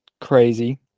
crazy